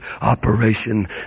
operation